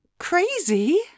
Crazy